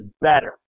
better